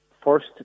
first